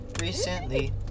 recently